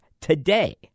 today